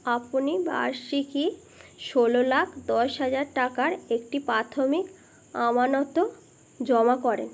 আপনি বার্ষিকী ষোলো লাখ দশ হাজার টাকার একটি প্রাথমিক আমানত জমা করেন